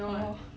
no